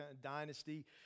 dynasty